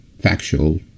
factual